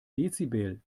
dezibel